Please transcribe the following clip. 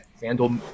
vandal